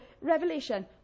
Revelation